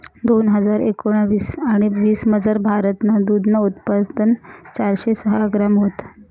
दोन हजार एकोणाविस आणि वीसमझार, भारतनं दूधनं उत्पादन चारशे सहा ग्रॅम व्हतं